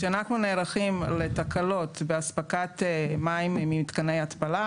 כשאנחנו נערכים לתקלות באספקת מים ממתקני התפלה,